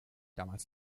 damals